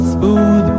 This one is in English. Smooth